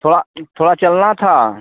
थोड़ा थोड़ा चलना था